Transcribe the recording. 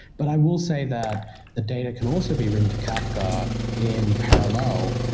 but i will say that a data can also be written to kafka in parallel.